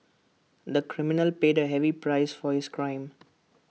the criminal paid A heavy price for his crime